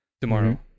tomorrow